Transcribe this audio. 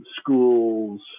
schools